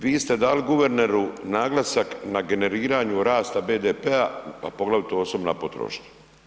Vi ste dali guverneru naglasak na generiranju rasta BDP-a, a poglavito osobna potrošnja.